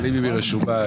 תודה רבה,